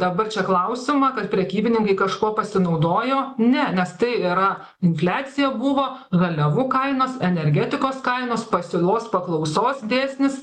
dabar čia klausimą kad prekybininkai kažkuo pasinaudojo ne nes tai yra infliacija buvo žaliavų kainos energetikos kainos pasiūlos paklausos dėsnis